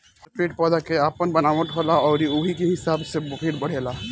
हर पेड़ पौधा के आपन बनावट होला अउरी ओही के हिसाब से पेड़ बढ़ेला